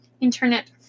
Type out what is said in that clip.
internet